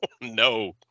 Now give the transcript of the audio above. No